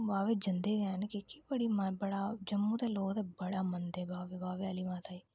ओह् बाह्वे जंदे गै न क्योंकि बड़ी मां बड़ा जम्मू दे लोग ते बड़ा मनदे बावे बाह्वे आह्ली माता गी